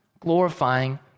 glorifying